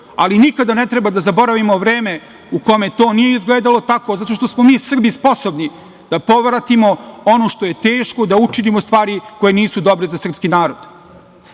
ali nikada ne treba da zaboravimo vreme u kome to nije izgledalo tako zato što smo mi Srbi sposobni da povratimo ono što je teško, da učinimo stvari koje nisu dobre za srpski